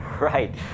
Right